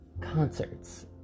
concerts